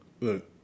look